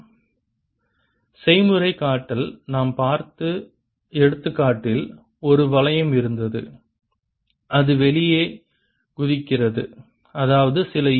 dsBddtds செய்முறைகாட்டல் நாம் பார்த்த எடுத்துக்காட்டில் ஒரு வளையம் இருந்தது அது வெளியே குதிக்கிறது அதாவது சில ஈ